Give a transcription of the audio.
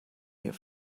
here